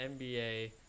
NBA –